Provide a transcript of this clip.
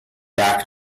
back